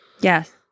Yes